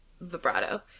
vibrato